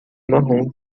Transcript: marrom